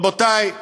רבותי,